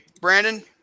Brandon